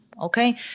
okay